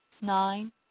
Nine